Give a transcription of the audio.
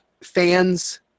fans